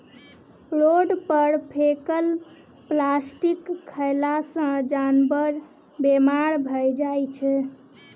road पर फेकल plastic खएला सँ जानबर बेमार भए जाइ छै